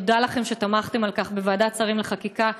תודה לכם על שתמכתם בכך בוועדת השרים לחקיקה.